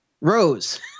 Rose